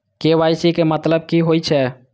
KYC के मतलब कि होई छै?